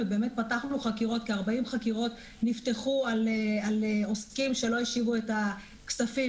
ובאמת כ-40 חקירות נפתחו על עוסקים שלא השיבו את הכספים